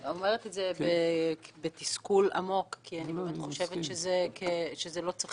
אני אומרת זאת בתסכול עמוק כי אני לא חושבת שזה צריך